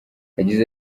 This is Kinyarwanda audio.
yagize